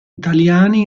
italiani